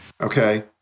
Okay